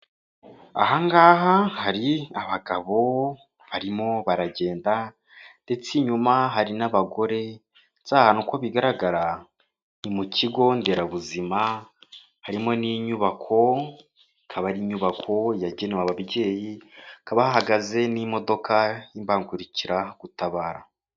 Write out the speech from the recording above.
Ahangaha hari abagabo barimo baragenda ndetse inyuma hari n'abagore ndetse ahahatu uko bigaragara mu kigonderabuzima harimo n'inyubako ikaba ari inyubako yagenewe ababyeyi bahagaze n'imodoka y'imbangukiragutabara.